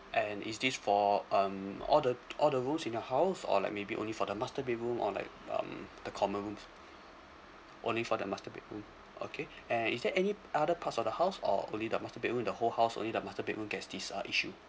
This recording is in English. and is this for um all the all the rooms in your house or like maybe only for the master bedroom or like um the common room only for the master bedroom okay and is there any other parts of the house or only the master bedroom the whole house only the master bedroom gets this uh issue